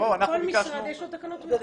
לכל משרד יש תקנות תמיכות כאלה.